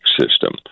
system